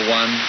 one